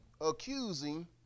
accusing